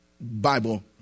Bible